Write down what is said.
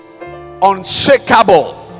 unshakable